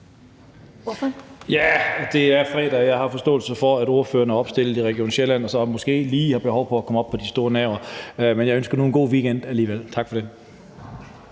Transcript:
(NB): Ja, det er fredag, og jeg har forståelse for, at ordføreren er opstillet i Region Sjælland og så måske lige har behov for at komme op på de store nagler. Men jeg ønsker nu en god weekend alligevel. Tak for det.